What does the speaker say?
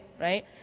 right